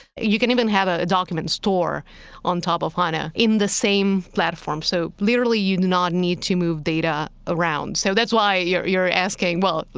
you can even have a document store on top of hana in the same platform. so literally, you do not need to move data around. so that's why you're you're asking, well,